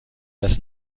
das